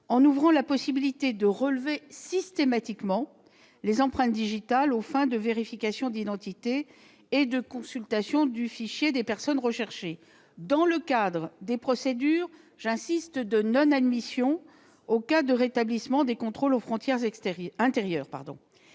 de l'ordre la possibilité de relever systématiquement les empreintes digitales aux fins de vérification d'identité et de consultation du fichier des personnes recherchées, dans le cadre, j'y insiste, des procédures de non-admission menées depuis le rétablissement des contrôles aux frontières intérieures